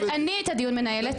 אני את הדיון מנהלת.